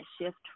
shift